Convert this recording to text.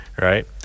right